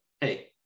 hey